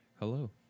Hello